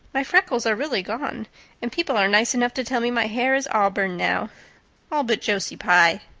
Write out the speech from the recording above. my freckles are really gone and people are nice enough to tell me my hair is auburn now all but josie pye.